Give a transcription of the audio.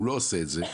הוא לא עושה את זה,